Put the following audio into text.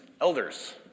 elders